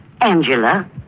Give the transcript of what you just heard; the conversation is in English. Angela